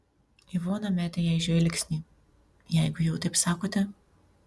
ivona metė jai žvilgsnį jeigu jau taip sakote